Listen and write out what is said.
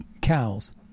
cows